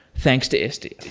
thanks to istio